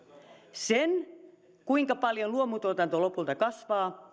sen kuinka paljon luomutuotanto lopulta kasvaa